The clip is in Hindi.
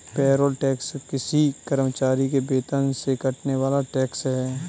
पेरोल टैक्स किसी कर्मचारी के वेतन से कटने वाला टैक्स है